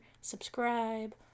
subscribe